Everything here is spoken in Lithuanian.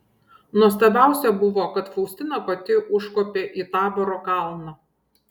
nuostabiausia buvo kad faustina pati užkopė į taboro kalną